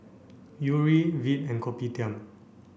Yuri Veet and Kopitiam